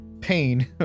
pain